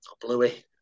Bluey